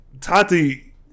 Tati